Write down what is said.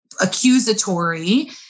accusatory